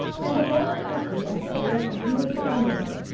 and of all that happened after eleven he would be ignorant.